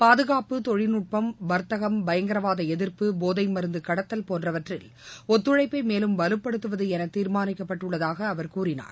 பாதுகாப்பு தொழில்நுட்பம் வர்த்தகம் பயங்கரவாத எதிர்ப்டு போதை மருந்து கடத்தல் போன்றவற்றில் ஒத்துழைப்பை மேலும் வலுப்படுத்துவது என தீர்மாளிக்கப்பட்டுள்ளதாக கூறினார்